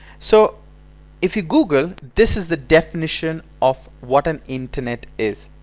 so if you google this is the definition of what an internet is!